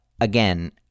again